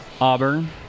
Auburn